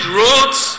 roads